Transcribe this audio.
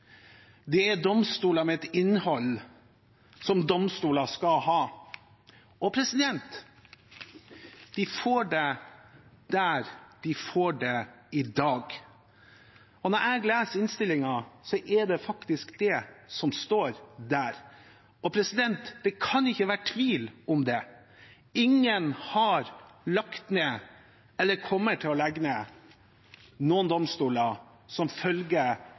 med et innhold som domstoler skal ha, og de får det der de får det i dag. Når jeg leser innstillingen, er det faktisk det som står der, og det kan ikke være tvil om det. Ingen har lagt ned, eller kommer til å legge ned, noen domstoler som